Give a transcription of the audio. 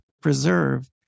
preserve